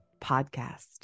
Podcast